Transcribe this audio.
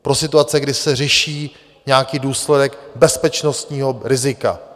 Pro situace, kdy se řeší nějaký důsledek bezpečnostního rizika.